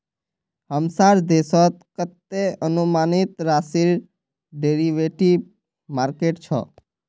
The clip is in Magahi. हमसार देशत कतते अनुमानित राशिर डेरिवेटिव मार्केट छ